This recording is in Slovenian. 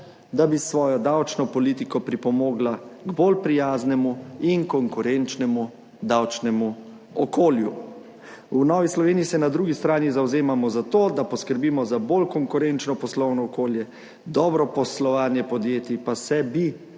da bi s svojo davčno politiko pripomogla k bolj prijaznemu in konkurenčnemu davčnemu okolju. V Novi Sloveniji se na drugi strani zavzemamo za to, da poskrbimo za bolj konkurenčno poslovno okolje, dobro poslovanje podjetij pa se bi